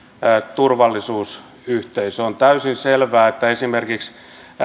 turvallisuusyhteisö on täysin selvää että esimerkiksi